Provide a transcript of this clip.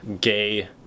gay